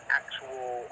actual